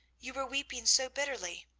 you were weeping so bitterly.